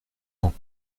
ans